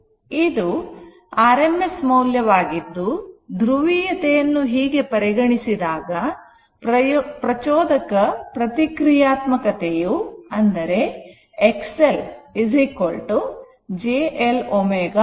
ಇದು rms ಮೌಲ್ಯವಾಗಿದ್ದು ಧ್ರುವೀಯತೆಯನ್ನು ಹೀಗೆ ಪರಿಗಣಿಸಿದಾಗ ಪ್ರಚೋದಕ ಪ್ರತಿಕ್ರಿಯಾತ್ಮಕತೆಯು XL j L ω ಆಗುತ್ತದೆ